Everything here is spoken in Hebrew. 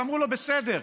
ואמרו לו: בסדר,